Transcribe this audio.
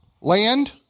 land